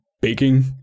baking